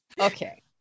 okay